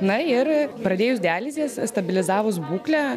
na ir pradėjus dializės stabilizavus būklę